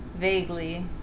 Vaguely